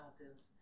mountains